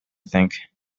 think